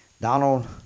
Donald